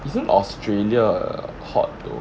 isn't australia hot though